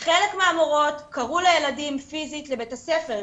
חלק מהמורות קראו לילדים פיזית לבית הספר,